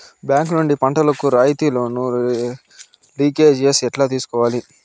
Bank నుండి పంటలు కు రాయితీ లోను, లింకేజస్ ఎట్లా తీసుకొనేది?